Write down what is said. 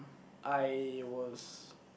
I was